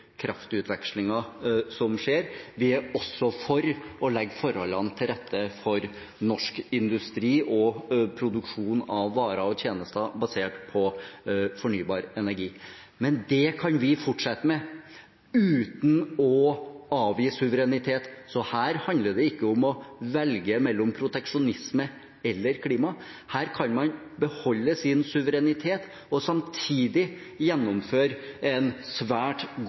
som skjer. Vi er også for å legge forholdene til rette for norsk industri og produksjon av varer og tjenester basert på fornybar energi. Men det kan vi fortsette med uten å avgi suverenitet, så her handler det ikke om å velge mellom proteksjonisme eller klima. Her kan man beholde sin suverenitet og samtidig gjennomføre en svært